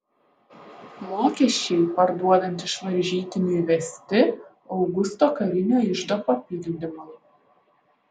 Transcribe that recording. mokesčiai parduodant iš varžytinių įvesti augusto karinio iždo papildymui